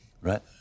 right